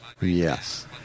Yes